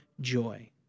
joy